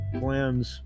plans